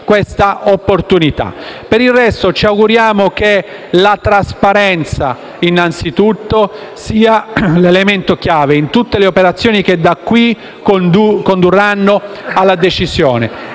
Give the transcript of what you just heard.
Per il resto ci auguriamo che la trasparenza sia l'elemento chiave in tutte le operazioni che da qui in avanti condurranno alla decisione